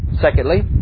Secondly